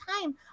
time